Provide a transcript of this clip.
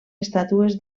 estàtues